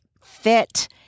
fit